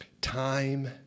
time